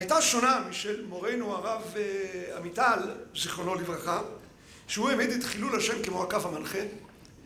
הייתה שונה משל מורנו הרב עמיטל, זיכרונו לברכה, שהוא העמיד את חילול ה' כמו הקו המנחה.